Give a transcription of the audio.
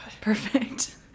Perfect